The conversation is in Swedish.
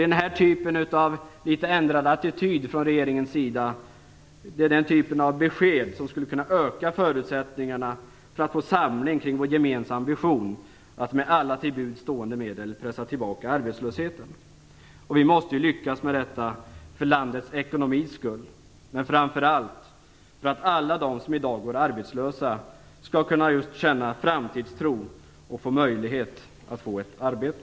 Den här typen av litet ändrad attityd från regeringens sida skulle kunna innebära det slags besked som skulle kunna öka förutsättningarna att åstadkomma samling kring vår gemensamma vision, nämligen att med alla till buds stående medel pressa tillbaka arbetslösheten. Vi måste lyckas med detta för landets ekonomis skull, men framför allt för att alla de som i dag går arbetslösa skall kunna känna framtidstro och få möjlighet att få ett arbete.